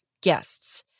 guests